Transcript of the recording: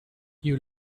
you